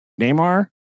Neymar